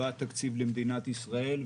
לא היה תקציב למדינת ישראל,